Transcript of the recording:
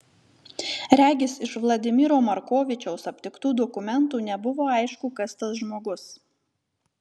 regis iš vladimiro markovičiaus aptiktų dokumentų nebuvo aišku kas tas žmogus